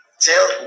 tell